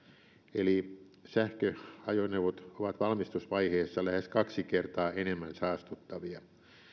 eli sähköajoneuvot ovat valmistusvaiheessa lähes kaksi kertaa enemmän saastuttavia